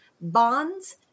bonds